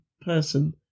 person